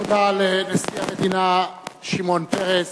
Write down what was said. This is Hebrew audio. תודה לנשיא המדינה שמעון פרס.